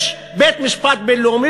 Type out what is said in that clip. יש בית-משפט בין-לאומי,